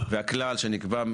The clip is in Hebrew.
והכלל שנקבע,